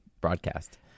broadcast